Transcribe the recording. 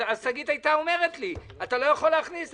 שגית הייתה אומרת לי שאני לא יכול להכניס.